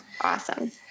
Awesome